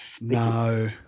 no